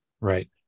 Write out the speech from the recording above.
Right